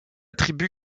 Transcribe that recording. tribu